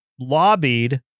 Lobbied